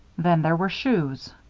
then there were shoes.